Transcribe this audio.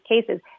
cases